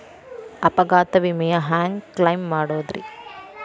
ಅಪಘಾತ ವಿಮೆನ ಹ್ಯಾಂಗ್ ಕ್ಲೈಂ ಮಾಡೋದ್ರಿ?